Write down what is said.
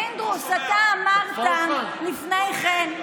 פינדרוס, אתה אמרת לפני כן,